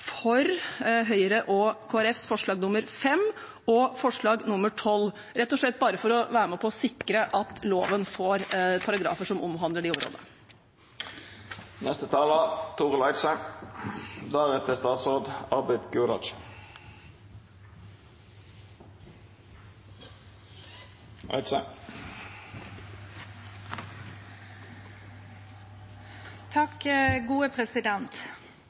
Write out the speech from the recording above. for forslag nr. 5, fra Høyre, Senterpartiet og Kristelig Folkeparti, og forslag nr. 12, fra Høyre og Kristelig Folkeparti, rett og slett bare for å være med på å sikre at loven får paragrafer som omhandler de områdene.